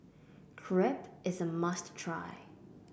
crepe is a must try